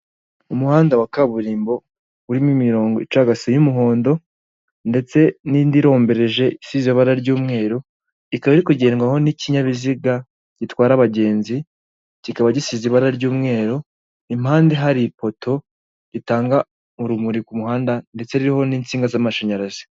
Umuhanda wa kaburimbo urimo imirongo icagase y'umuhondo ndetse n'indi irombereje isize ibara ry'umweru, ikaba iri kugendwaho n'ikinyabiziga gitwara abagenzi, kikaba gisize ibara ry'umweru, impande hari ipoto ritanga urumuri ku muhanda ndetse ririho n'insinga z'amashanyarazi.